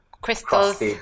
crystals